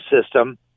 system